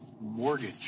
mortgage